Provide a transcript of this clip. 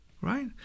right